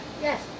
Yes